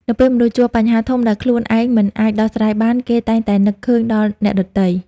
នៅពេលមនុស្សជួបបញ្ហាធំដែលខ្លួនឯងមិនអាចដោះស្រាយបាន គេតែងតែនឹកឃើញដល់អ្នកដទៃ។